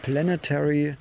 Planetary